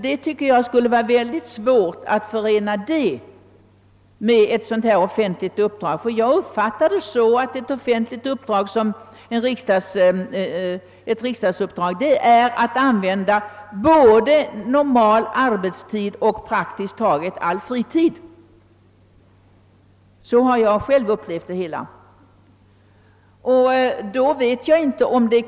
Jag tycker det skulle vara mycket svårt att förena det med ett riksdagsuppdrag, som man ju får använda både normal arbetstid och praktiskt taget all fritid till. Så har jag själv upplevt det.